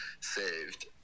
saved